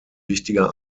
wichtiger